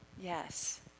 Yes